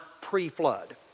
pre-flood